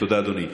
תודה, אדוני.